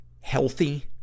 healthy